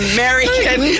American